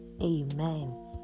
Amen